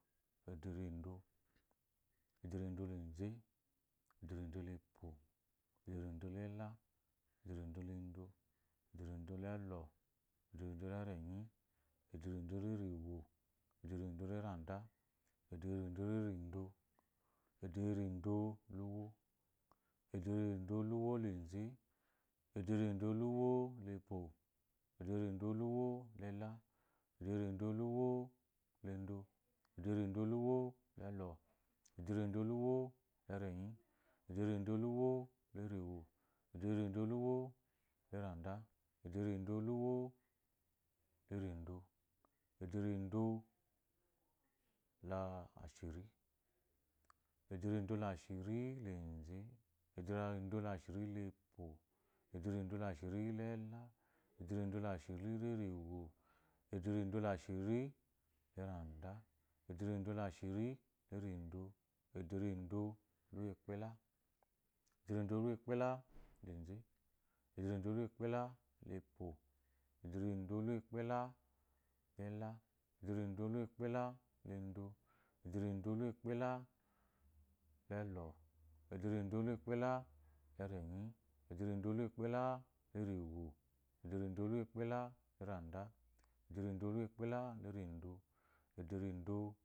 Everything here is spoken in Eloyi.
Ederendo, ederendoleze, ederendolepo, ederendolela, ederendoledo, ederendolelo, ederendoleranyi, ederendolarewo, ederendoleranda, ederendolarendo, ederendoluwo lela, ederendoluwo, ederendoluwolaze, ederendoluwolepo, ederendoluwolenla, ederendoluwolendo, ederendoluwolelo, ederendoluwolerenyi, edlerenwo, ederendoluwo, erendoluwolerenda, ederendoluwolerendo, ederendolashiri, ederendolashirileze, ederendolashirilepo, ederendolashirilela, ederendolashirilerewa, ederendolashirileranla, ederendolashirilerando, ederendolaukpela, ederendolaukpelaleze, ederendolaukpelalepo, ederendolaukpelalelo, ederendolaukpelalendo, ederendolaukpelalelo, ederendolaukpelalerendo, cukpela lerewi ederendolaukpelaleranda, ederendolaukpelalerando,